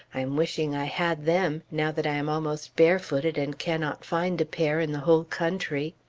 i am wishing i had them now that i am almost barefooted, and cannot find a pair in the whole country.